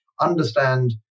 understand